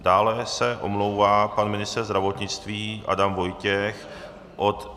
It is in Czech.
Dále se omlouvá pan ministr zdravotnictví Adam Vojtěch od